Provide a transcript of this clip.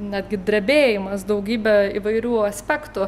netgi drebėjimas daugybę įvairių aspektų